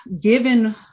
given